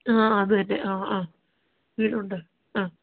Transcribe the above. ആ അതുതന്നെ ആ ആ വീടുണ്ട് ആ